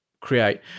create